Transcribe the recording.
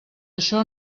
això